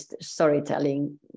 storytelling